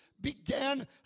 began